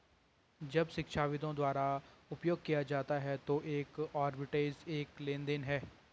जब शिक्षाविदों द्वारा उपयोग किया जाता है तो एक आर्बिट्रेज एक लेनदेन है